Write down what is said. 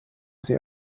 sie